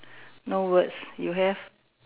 no words you have